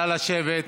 נא לשבת.